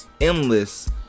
endless